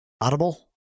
audible